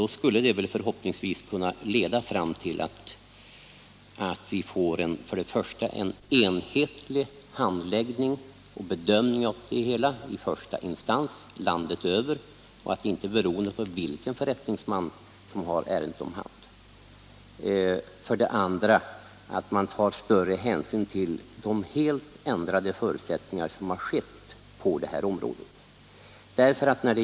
Det skulle förhoppningsvis kunna leda till att vi får för det första en enhetlig handläggning och bedömning i första instans landet över av dessa ärenden, så att de inte blir beroende av vilken förrättningsman som omhänderhar dem, för det andra att man tar större hänsyn till de helt ändrade förutsättningar som uppkommit på detta område.